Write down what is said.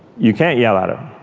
you can't yell at her.